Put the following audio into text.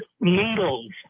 needles